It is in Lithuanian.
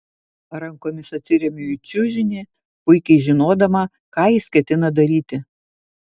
rankomis atsiremiu į čiužinį puikiai žinodama ką jis ketina daryti